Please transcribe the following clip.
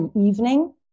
evening